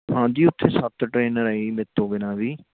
ਹਾਂਜੀ ਉੱਥੇ ਸੱਤ ਟ੍ਰੇਨਰ ਹੈ ਜੀ ਮੇਰੇ ਤੋਂ ਬਿਨਾਂ ਵੀ